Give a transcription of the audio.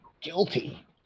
guilty